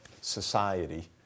society